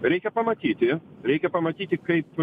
reikia pamatyti reikia pamatyti kaip